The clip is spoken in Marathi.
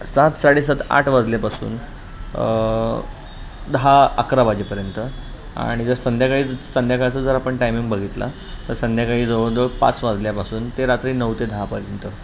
सात साडेसात आठ वाजल्यापासून दहा अकरा वाजेपर्यंत आणि जर संध्याकाळीच संध्याकाळचं जर आपण टायमिंग बघितला तर संध्याकाळी जवळजवळ पाच वाजल्यापासून ते रात्री नऊ ते दहापर्यंत